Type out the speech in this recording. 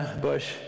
Bush